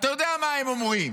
אתה יודע מה הם אומרים.